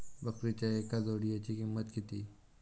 बकरीच्या एका जोडयेची किंमत किती?